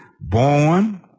born